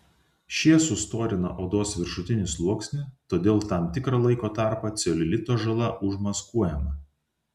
šie sustorina odos viršutinį sluoksnį todėl tam tikrą laiko tarpą celiulito žala užmaskuojama